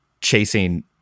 chasing